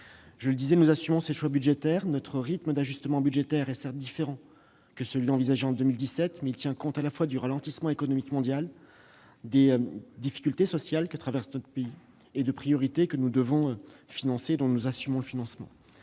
terme. Nous assumons ces choix budgétaires. Notre rythme d'ajustement budgétaire est certes différent de celui qui était envisagé en 2017, mais il tient compte à la fois du ralentissement économique mondial, des difficultés sociales que traverse notre pays et des priorités que nous assumons de financer.